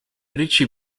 richie